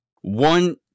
One